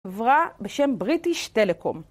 עברה בשם בריטיש טלקום.